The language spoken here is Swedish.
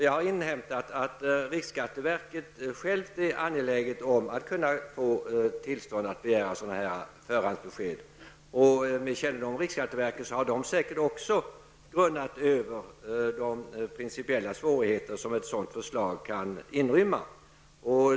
Jag har inhämtat att riksskatteverket självt är angeläget om att få tillstånd att begära sådana förhandsbesked. Med kännedom om riksskatteverket tror jag att man även där har grunnat över de principiella svårigheter som ett sådant förslag kan inrymma.